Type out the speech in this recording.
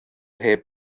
heb